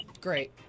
Great